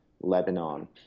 Lebanon